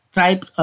type